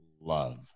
love